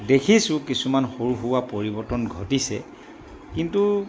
দেখিছোঁ কিছুমান সৰু সুৰা পৰিৱৰ্তন ঘটিছে কিন্তু